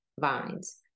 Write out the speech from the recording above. vines